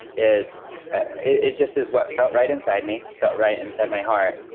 is it just is what felt right inside me, felt right inside my heart,